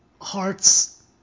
hearts